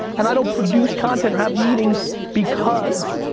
and i don't produce content or have meetings because,